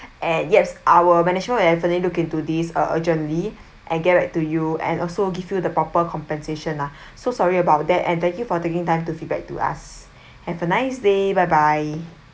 and yes our management will definitely look into this uh urgently and get back to you and also give you the proper compensation lah so sorry about that and thank you for taking time to feedback to us have a nice day bye bye